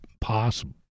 possible